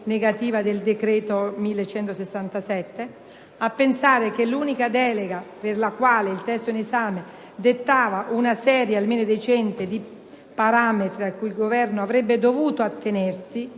di legge n. 1167 - a pensare che l'unica delega per la quale il testo in esame dettava una serie almeno decente di parametri a cui il Governo avrebbe dovuto attenersi